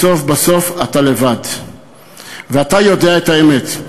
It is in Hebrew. בסוף בסוף אתה לבד ואתה יודע את האמת.